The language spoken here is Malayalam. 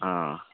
ആ